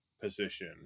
position